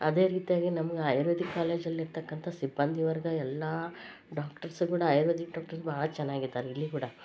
ಅದೇ ರೀತಿಯಾಗಿ ನಮ್ಗೆ ಆಯುರ್ವೇದಿಕ್ ಕಾಲೇಜಲ್ಲಿ ಇರ್ತಕ್ಕಂಥ ಸಿಬ್ಬಂದಿ ವರ್ಗ ಎಲ್ಲ ಡಾಕ್ಟ್ರಸ್ ಕೂಡ ಆಯುರ್ವೇದಿಕ್ ಡಾಕ್ಟರ್ ಭಾಳ ಚೆನ್ನಾಗಿದಾರೆ ಇಲ್ಲಿ ಕೂಡ